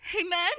Amen